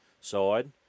side